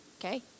okay